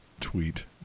tweet